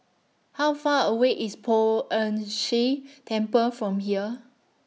How Far away IS Poh Ern Shih Temple from here